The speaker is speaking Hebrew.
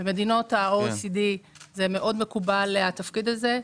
במדינות ה-OECD מאוד מקובל התפקיד הזה.